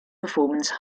performance